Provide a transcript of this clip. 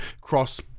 cross